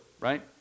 right